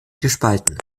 gespalten